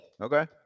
Okay